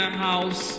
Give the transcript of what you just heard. house